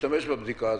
להשתמש בבדיקה הזו?